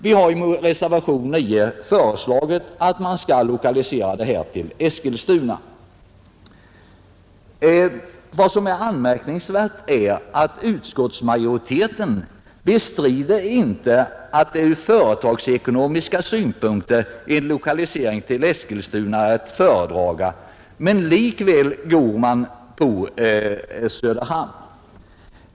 Vi föreslår i reservationen 9 att man skall lokalisera denna tillverkning till Eskilstuna. Vad som är anmärkningsvärt är att utskottsmajoriteten inte bestrider att en lokalisering till Eskilstuna är att föredra ur företagsekonomisk synpunkt, men likväl går man på Söderhamn.